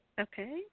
Okay